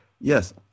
yes